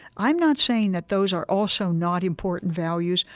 i'm not saying that those are also not important values.